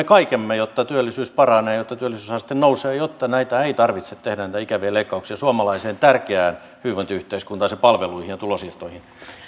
kaikkemme jotta työllisyys paranee jotta työllisyysaste nousee jotta ei tarvitse tehdä näitä ikäviä leikkauksia suomalaiseen tärkeään hyvinvointiyhteiskuntaan sen palveluihin ja tulonsiirtoihin